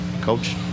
coach